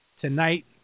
tonight